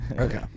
Okay